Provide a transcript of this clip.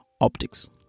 optics